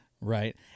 right